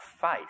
faith